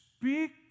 Speak